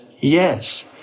yes